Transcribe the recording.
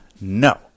No